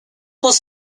was